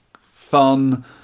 fun